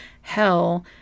hell